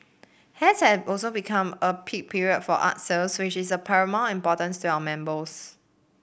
has also become a peak period for art sales which is paramount importance to our members